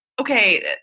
okay